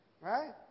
Right